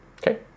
Okay